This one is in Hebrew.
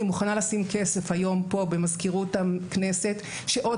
אני מוכנה לשים כסף היום במזכירות הכנסת שעוד